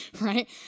right